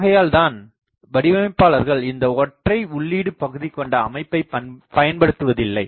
ஆகையால் தான் வடிவமைப்பாளர்கள் இந்த ஒற்றை உள்ளீடு பகுதி கொண்ட அமைப்பை பயன்படுத்துவதில்லை